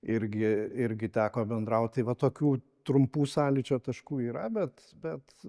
irgi irgi teko bendraut tai va tokių trumpų sąlyčio taškų yra bet bet